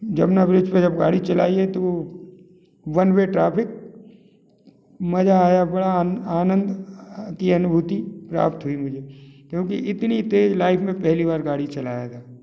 Jamuna bridge पर जब गाड़ी चलाई है तो वो वन वे ट्रैफिक मज़ा आया बड़ा आनंद की अनुभूति प्राप्त हुई मुझे क्योंकि इतनी तेज़ लाइफ में पहली बार गाड़ी चलाया था